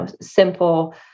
simple